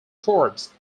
forbes